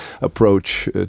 approach